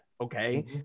Okay